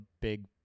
big